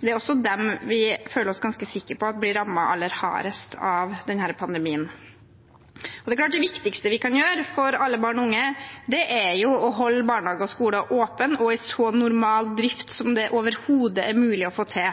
er dem som vi føler oss ganske sikre på at blir rammet aller hardest av denne pandemien. Det er klart at det viktigste vi kan gjøre for alle barn og unge, er å holde barnehager og skoler åpne og i så normal drift som det overhodet er mulig å få til.